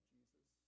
Jesus